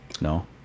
No